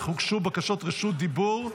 הוגשו בקשות רשות דיבור,